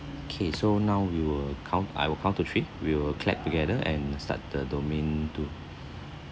okay so now we will count I will count to three we will clap together and start the domain two